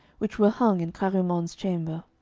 which were hung in clarimonde's chamber.